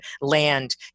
land